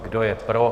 Kdo je pro?